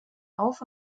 auf